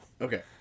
Okay